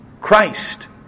Christ